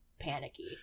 panicky